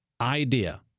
idea